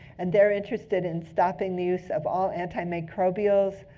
and they're interested in stopping the use of all antimicrobials,